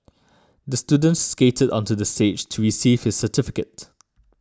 the student skated onto the stage to receive his certificate